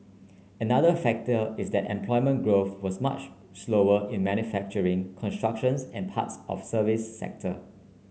another factor is that employment growth was much slower in manufacturing construction and parts of service sector